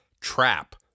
TRAP